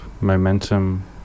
momentum